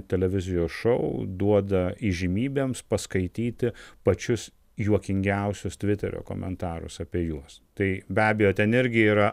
televizijos šou duoda įžymybėms paskaityti pačius juokingiausius tviterio komentarus apie juos tai be abejo ten irgi yra